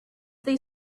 they